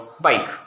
bike